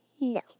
No